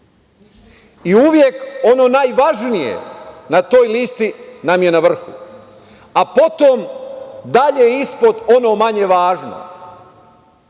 Uvek ono najvažnije na toj listi nam je na vrhu, a potom dalje ispod, ono manje važno.